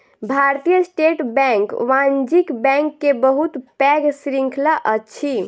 भारतीय state bank वाणिज्य bank के बहुत पैघ श्रृंखला अछि